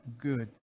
good